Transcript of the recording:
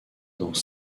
dans